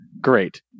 great